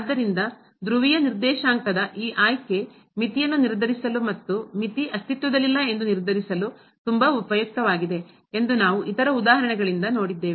ಆದ್ದರಿಂದ ಧ್ರುವೀಯ ನಿರ್ದೇಶಾಂಕದ ಈ ಆಯ್ಕೆ ಮಿತಿಯನ್ನು ನಿರ್ಧರಿಸಲು ಮತ್ತು ಮಿತಿ ಅಸ್ತಿತ್ವದಲ್ಲಿಲ್ಲ ಎಂದು ನಿರ್ಧರಿಸಲು ತುಂಬಾ ಉಪಯುಕ್ತವಾಗಿದೆ ಎಂದು ನಾವು ಇತರ ಉದಾಹರಣೆಗಳಿಂದ ನೋಡಿದ್ದೇವೆ